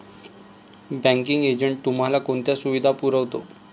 Banking agent तुम्हाला कोणत्या सुविधा पुरवतो?